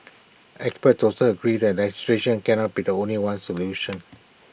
experts also agree that legislation cannot be the only solution